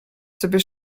sobie